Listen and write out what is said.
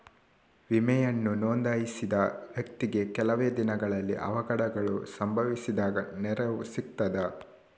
ವಿಮೆಯನ್ನು ನೋಂದಾಯಿಸಿದ ವ್ಯಕ್ತಿಗೆ ಕೆಲವೆ ದಿನಗಳಲ್ಲಿ ಅವಘಡಗಳು ಸಂಭವಿಸಿದಾಗ ನೆರವು ಸಿಗ್ತದ?